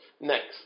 Next